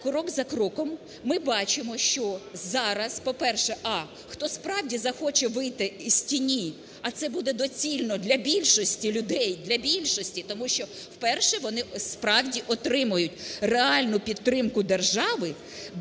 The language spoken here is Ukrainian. крок за кроком, ми бачимо, що зараз, по-перше: а) хто, справді, захоче вийти із тіні, а це буде доцільно для більшості людей – для більшості! – тому що вперше вони, справді, отримають реальну підтримку держави